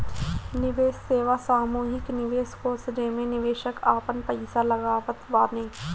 निवेश सेवा सामूहिक निवेश कोष जेमे निवेशक आपन पईसा लगावत बाने